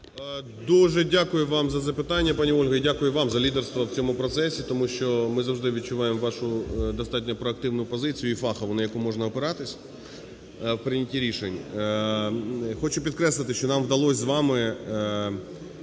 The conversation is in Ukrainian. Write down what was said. Дуже дякую вам за запитання, пані Ольга. І дякую вам за лідерство у цьому процесі, тому що ми завжди відчуваємо вашу достатньо проактивну позицію і фахову, на яку можна опиратись у прийнятті рішень. Хочу підкреслити, що нам вдалось з вами…